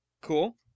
cool